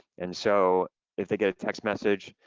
and so if they get a text message,